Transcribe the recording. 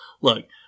Look